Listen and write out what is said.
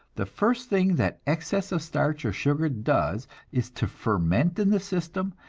the first thing that excess of starch or sugar does is to ferment in the system,